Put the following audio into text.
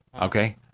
okay